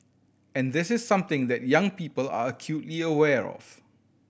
and this is something that young people are acutely aware of